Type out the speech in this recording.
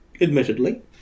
admittedly